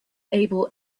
able